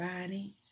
body